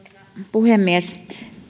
puhemies